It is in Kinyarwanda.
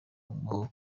maboko